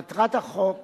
מטרת החוק